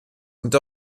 und